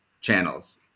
channels